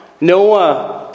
Noah